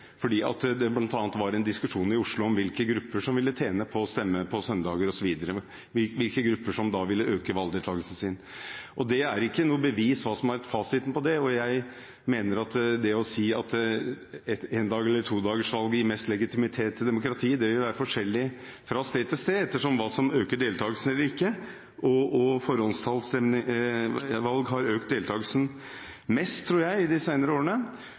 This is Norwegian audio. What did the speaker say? fordi det bl.a. var en diskusjon i Oslo om hvilke grupper som ville tjene på at man stemte på søndager, hvilke grupper som da ville øke valgdeltakelsen sin. Det er ikke gitt hva som er fasiten på det. Om endagsvalg eller todagersvalg gir mest legitimitet til demokratiet, vil være forskjellig fra sted til sted ettersom hva som øker deltakelsen eller ikke. Forhåndsstemmene ved valg har økt deltakelsen mest, tror jeg, i de senere årene.